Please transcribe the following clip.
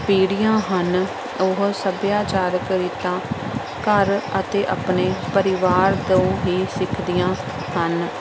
ਪੀੜ੍ਹੀਆਂ ਹਨ ਉਹ ਸੱਭਿਆਚਾਰਕ ਰੀਤਾਂ ਘਰ ਅਤੇ ਆਪਣੇ ਪਰਿਵਾਰ ਤੋਂ ਹੀ ਸਿੱਖਦੀਆਂ ਹਨ